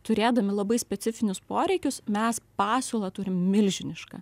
turėdami labai specifinius poreikius mes pasiūlą turim milžinišką